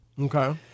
Okay